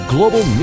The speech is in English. Global